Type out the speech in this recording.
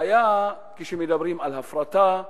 בעיה כשמדברים על הפרטה,